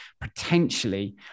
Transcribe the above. potentially